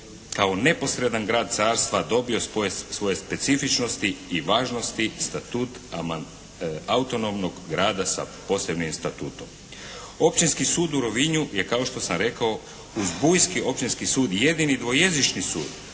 kao neposredan grad carstva dobio spoj svoje specifičnosti i važnosti statut autonomnog grada sa posebnim statutom. Općinski sud u Rovinju je kao što sam rekao uz bujski Općinski sud jedini dvojezični sud